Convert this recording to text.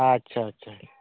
ᱟᱪᱪᱷᱟ ᱟᱪᱪᱷᱟ